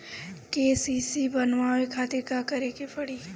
KCC बनवावे खातिर का करे के पड़ी?